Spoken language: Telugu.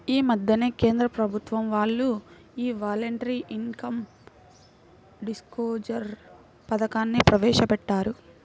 యీ మద్దెనే కేంద్ర ప్రభుత్వం వాళ్ళు యీ వాలంటరీ ఇన్కం డిస్క్లోజర్ పథకాన్ని ప్రవేశపెట్టారు